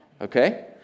Okay